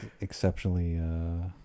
exceptionally